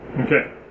Okay